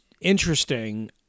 interesting